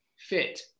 fit